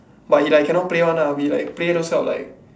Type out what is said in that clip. but he like cannot play one lah we like play those kind of like